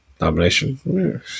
nomination